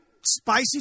spicy